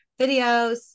videos